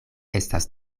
estas